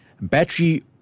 battery